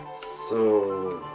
so